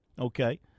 Okay